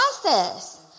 process